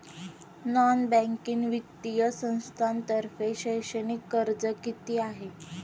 Non banking वित्तीय संस्थांतर्फे शैक्षणिक कर्ज किती आहे?